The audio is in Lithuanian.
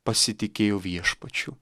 pasitikėjo viešpačiu